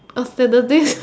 statistic